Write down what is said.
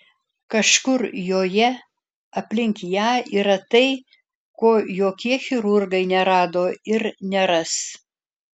kažkur joje aplink ją yra tai ko jokie chirurgai nerado ir neras